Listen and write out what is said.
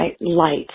light